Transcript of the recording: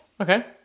Okay